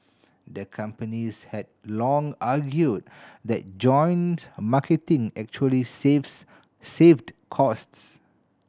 the companies had long argued that joint marketing actually saved costs